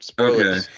Okay